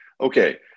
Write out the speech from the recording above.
okay